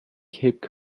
cape